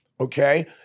Okay